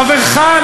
חברך,